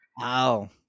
Wow